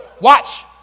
Watch